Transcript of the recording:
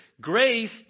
grace